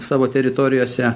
savo teritorijose